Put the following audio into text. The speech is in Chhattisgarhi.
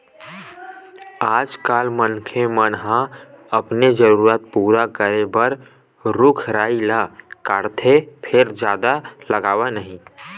आजकाल मनखे मन ह अपने जरूरत पूरा करे बर रूख राई ल काटथे फेर जादा लगावय नहि